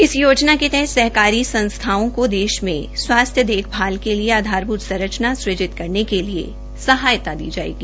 इस योजना के तहत सहकारी संस्थाओं को देश में स्वास्थ्य देखभाल के लिए आधारभूत संरचना सुजित करने के लिए सहायता दी जायेगी